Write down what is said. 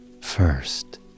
First